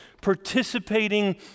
participating